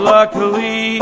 Luckily